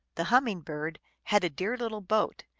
the humming-bird, had a dear little boat,